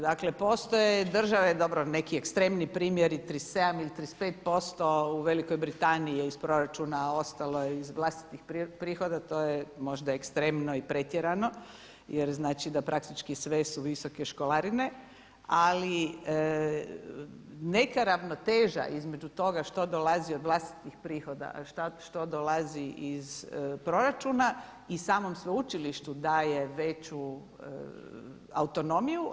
Dakle postoje države, dobro neki ekstremni primjeri 37% ili 35% u Velikoj Britaniji je iz proračuna ostalo iz vlastitih prihoda to je možda ekstremno i pretjerano jer znači da praktički sve su visoke školarine, ali neka ravnoteža između toga što dolazi od vlastitih prihoda, a što dolazi iz proračuna i samom sveučilištu daje veću autonomiju.